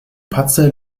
patzer